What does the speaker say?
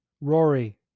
Rory